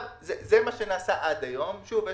זה מה שנעשה עד היום ושוב,